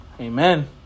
Amen